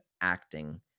acting